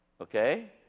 Okay